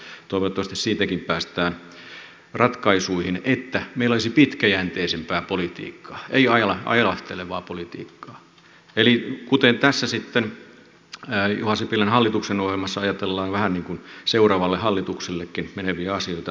toivottavasti siitäkin päästään ratkaisuihin niin että meillä olisi pitkäjänteisempää politiikkaa ei ailahtelevaa politiikkaa eli tässä juha sipilän hallituksen ohjelmassa ajatellaan vähän niin kuin seuraavalle hallituksellekin meneviä asioita